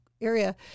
area